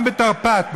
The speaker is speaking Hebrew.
גם בתרפ"ט,